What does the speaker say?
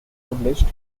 published